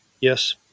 yes